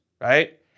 right